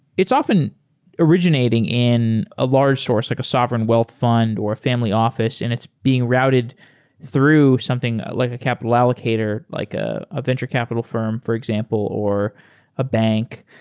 it's often originating in a large source, like a sovereign wealth fund or a family office and it's being routed through something like a capital allocator, like a a venture capital firm, for example, or a bank.